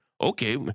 okay